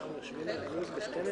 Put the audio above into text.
הישיבה ננעלה בשעה